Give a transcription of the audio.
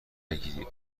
نگیری